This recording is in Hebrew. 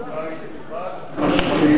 התשובה היא חד-משמעית לא.